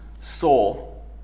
soul